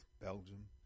Belgium